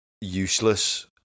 useless